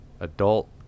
Adult